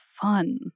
fun